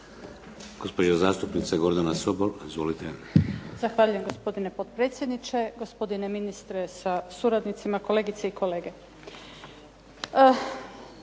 Gospođa zastupnica Gordana Sobol. Izvolite. **Sobol, Gordana (SDP)** Zahvaljujem gospodine potpredsjedniče, gospodine ministre sa suradnicima, kolegice i kolege.